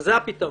זה הפתרון.